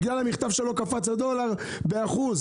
בגלל המכתב שלו קפץ הדולר באחוז.